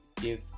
give